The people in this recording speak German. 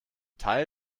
teil